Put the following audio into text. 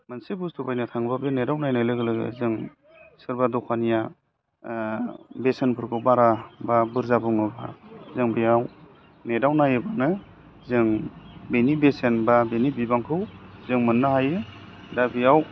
मोनसे बुस्थु बायनो थांबा बे नेटआव नायनाय लोगो लोगो जों सोरबा दखानिया बेसेनफोरखौ बारा बा बुरजा बुङोबा जों बेयाव नेटआव नायबानो जों बिनि बेसेन बा बिनि बिबांखौ जों मोननो हायो दा बेयाव